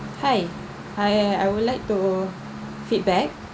hi I uh I would like to feedback